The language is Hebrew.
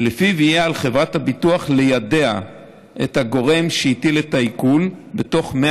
ולפיו יהיה על חברת הביטוח ליידע את הגורם שהטיל את העיקול בתוך 100